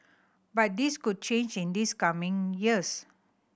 but this could change in this coming years